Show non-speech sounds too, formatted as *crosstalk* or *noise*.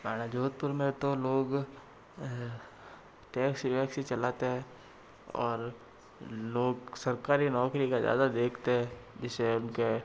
*unintelligible* जोधपुर में तो लोग टैक्सी वैक्सी चलाते हैं और लोग सरकारी नौकरी का ज़्यादा देखते हैं जिससे उनके